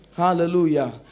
Hallelujah